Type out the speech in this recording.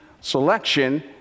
selection